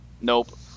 nope